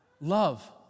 Love